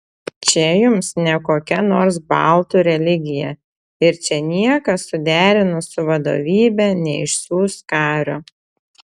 čia jums ne kokia nors baltų religija ir čia niekas suderinus su vadovybe neišsiųs kario